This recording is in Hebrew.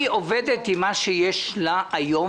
היא עובדת עם מה שיש לה היום,